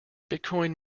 bitcoin